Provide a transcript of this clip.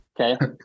Okay